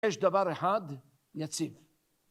יש דבר אחד יציב